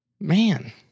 Man